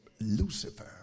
Lucifer